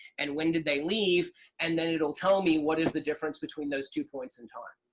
and when did they leave and then it'll tell me what is the difference between those two points in time.